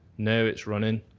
now it's running,